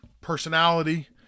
personality